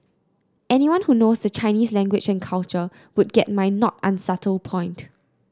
anyone who knows the Chinese language and culture would get my not unsubtle point